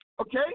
Okay